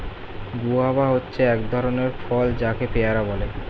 guava হচ্ছে এক ধরণের ফল যাকে পেয়ারা বলে